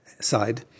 side